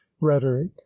rhetoric